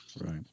Right